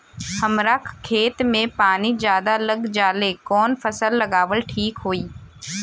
हमरा खेत में पानी ज्यादा लग जाले कवन फसल लगावल ठीक होई?